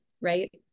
right